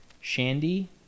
Shandy